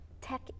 tech